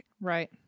right